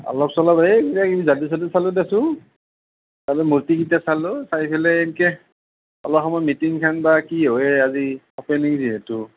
অলপ চলপ সেই কিবা কিবি যাদু তাদু চালোঁ দেচোন তাৰ পৰা মূৰ্তি কেইটা চালোঁ চাই ফেলে এনকৈ অলপ সময় মিটিংখান বা কি হয় আজি অপেনিং যিহেতু